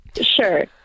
Sure